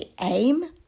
aim